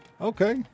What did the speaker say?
okay